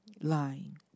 Lying